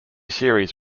series